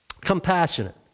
Compassionate